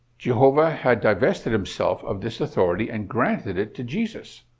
jehovah had divested himself of this authority and granted it to jesus.